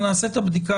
תעשה את הבדיקה